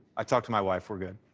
i talked to my wife. we're good.